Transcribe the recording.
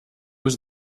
was